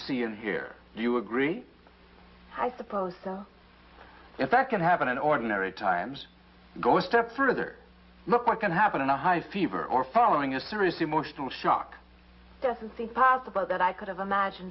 see and hear you agree i suppose so in fact can happen in ordinary times go a step further look what can happen in a high fever or following a serious emotional shock doesn't seem possible that i could have imagined